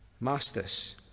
Masters